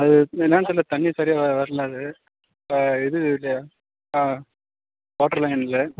அது என்னான்னு தெரியல தண்ணி சரியாக வ வரல அது இது வாட்ரு லைனில்